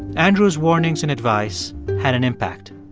andrew's warnings and advice had an impact.